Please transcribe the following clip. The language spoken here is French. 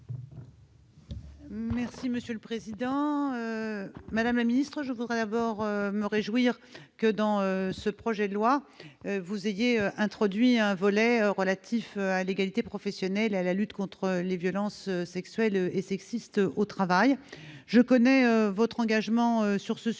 Rossignol, sur l'article. Madame la ministre, je me réjouis que, dans le cadre de ce projet de loi, vous ayez introduit un volet relatif à l'égalité professionnelle et à la lutte contre les violences sexuelles et sexistes au travail. Je connais votre engagement sur ce sujet,